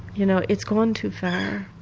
you know it's gone too far,